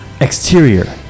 exterior